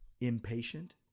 impatient